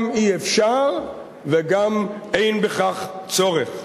גם אי-אפשר וגם אין בכך צורך.